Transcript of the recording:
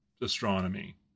astronomy